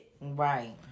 Right